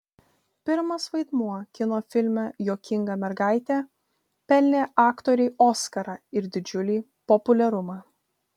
pirmas vaidmuo kino filme juokinga mergaitė pelnė aktorei oskarą ir didžiulį populiarumą